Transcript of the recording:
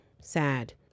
sad